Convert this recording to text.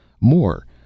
More